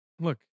Look